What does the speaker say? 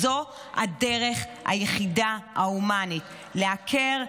זו הדרך ההומנית היחידה: לעקר,